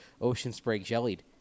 ocean-spray-jellied